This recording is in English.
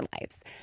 lives